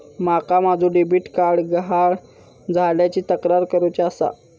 माका माझो debit card गहाळ झाल्याची तक्रार करुची आसा